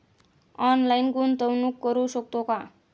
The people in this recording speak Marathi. ऑनलाइन गुंतवणूक करू शकतो का?